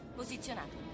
posizionato